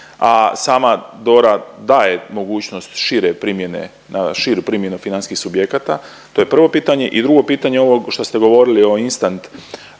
a sama DORA daje mogućnost šire primjene, širu primjenu financijskih subjekata. To je prvo pitanje i drugo pitanje ovo što ste govorili o instant